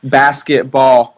basketball